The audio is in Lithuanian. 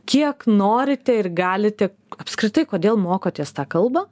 kiek norite ir galite apskritai kodėl mokotės tą kalbą